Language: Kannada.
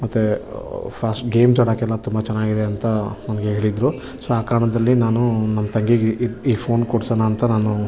ಮತ್ತು ಫಾಸ್ಟ್ ಗೇಮ್ಸ್ ಆಡೋಕ್ಕೆಲ್ಲ ತುಂಬ ಚೆನ್ನಾಗಿದೆ ಅಂತ ನನಗೆ ಹೇಳಿದರು ಸೊ ಆ ಕಾರಣದಲ್ಲಿ ನಾನು ನನ್ನ ತಂಗಿಗೆ ಇದು ಈ ಫೋನ್ ಕೊಡ್ಸೋಣ ಅಂತ ನಾನು